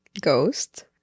Ghost